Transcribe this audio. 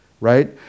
right